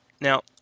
Now